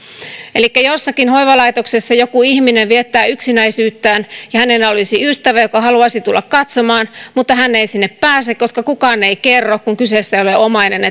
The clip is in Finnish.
elikkä jossakin hoivalaitoksessa joku ihminen viettää yksinäisyyttään ja hänellä olisi ystävä joka haluaisi tulla katsomaan mutta tämä ei sinne pääse koska kukaan ei kerro kun kyseessä ei ole omainen